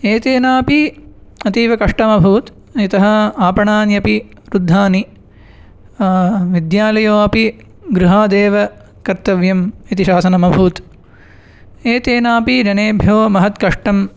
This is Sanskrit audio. कष्टम् एतेनापि अतीवकष्टमभूत् यतः आपणान्यपि रुद्धानि विद्यालयमपि गृहादेव कर्तव्यम् इति शासनमभूत् एतेनापि ऋणेभ्यो महत् कष्टम्